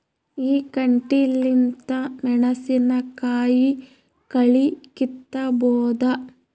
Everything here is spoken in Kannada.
ಈ ಕಂಟಿಲಿಂದ ಮೆಣಸಿನಕಾಯಿ ಕಳಿ ಕಿತ್ತಬೋದ?